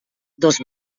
dos